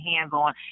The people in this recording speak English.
hands-on